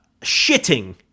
shitting